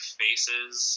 faces